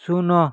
ଶୂନ